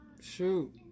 shoot